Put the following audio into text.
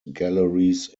galleries